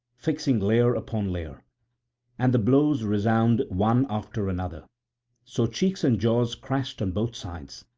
fixing layer upon layer and the blows resound one after another so cheeks and jaws crashed on both sides,